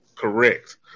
correct